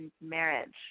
marriage